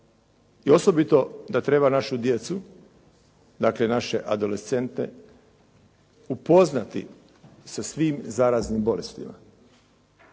I osobito da treba našu djecu, dakle naše adolescente upoznati sa svim zaraznim bolestima.